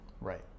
Right